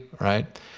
right